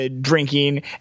Drinking